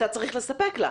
אתה צריך לספק לה.